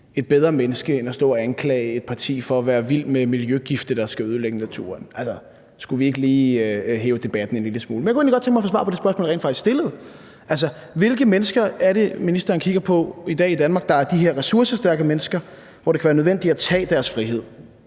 et bedre menneske, end når han står og anklager et parti for at være vild med miljøgifte, der skal ødelægge naturen. Altså, skulle vi ikke lige hæve debattens niveau en lille smule? Men jeg kunne egentlig godt tænke mig at få svar på det spørgsmål, jeg rent faktisk stillede. Hvilke mennesker er det, ministeren kigger på i dag i Danmark, der er de her ressourcestærke mennesker, hvor det kan være nødvendigt at tage deres frihed?